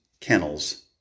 kennels